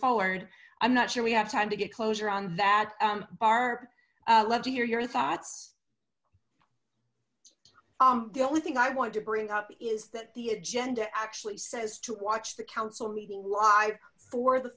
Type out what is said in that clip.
forward i'm not sure we have time to get closure on that barb love to hear your thoughts um the only thing i wanted to bring up is that the agenda actually says to watch the council meeting live for